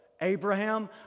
Abraham